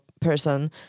person